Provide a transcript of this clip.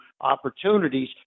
opportunities